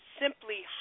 simply